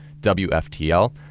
WFTL